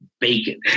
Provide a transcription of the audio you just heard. bacon